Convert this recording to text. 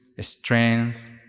strength